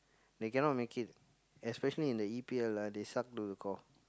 they cannot make it especially in the E_P_L ah they suck to the core